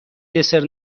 دسر